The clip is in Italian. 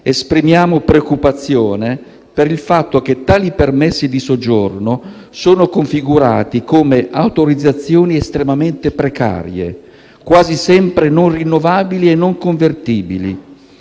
esprimiamo preoccupazione per il fatto che tali permessi di soggiorno sono configurati come autorizzazioni estremamente precarie, quasi sempre non rinnovabili e non convertibili,